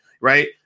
right